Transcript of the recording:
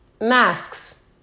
Masks